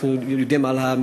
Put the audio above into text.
אנחנו הרי יודעים על המספרים,